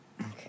Okay